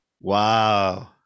Wow